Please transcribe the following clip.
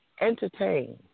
entertain